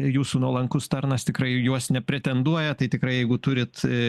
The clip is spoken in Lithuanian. jūsų nuolankus tarnas tikrai į juos nepretenduoja tai tikrai jeigu turit